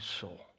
soul